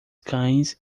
cães